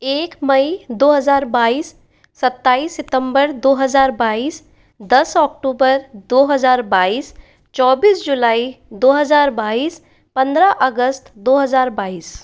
एक मई दो हज़ार बाईस सत्ताईस सितम्बर दो हज़ार बाईस दस ओक्टूबर दो हज़ार बाईस चौबीस जुलाई दो हज़ार बाईस पन्द्रह अगस्त दो हज़ार बाईस